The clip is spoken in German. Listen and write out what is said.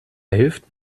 hilft